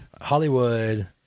Hollywood